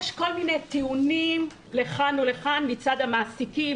יש כל מיני טיעונים לכאן ולכאן מצד המעסיקים,